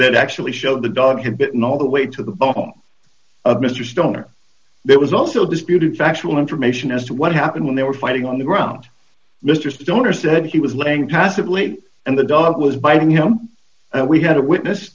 that actually showed the dog had bitten all the way to the bottom of mr stone or there was also disputed factual information as to what happened when they were fighting on the ground mr stoner said he was laying passively and the dog was biting him and we had a witness